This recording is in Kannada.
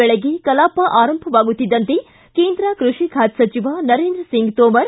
ಬೆಳಗ್ಗೆ ಕಲಾಪ ಆರಂಭವಾಗುತ್ತಿದ್ದಂತೆ ಕೇಂದ್ರ ಕೃಷಿ ಖಾತೆ ಸಚಿವ ನರೇಂದ್ರ ಸಿಂಗ್ ತೋಮರ್